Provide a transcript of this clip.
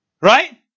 Right